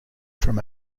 from